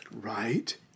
Right